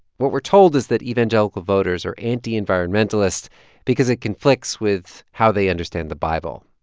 what we're told is that evangelical voters are anti-environmentalist because it conflicts with how they understand the bible.